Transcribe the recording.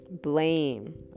blame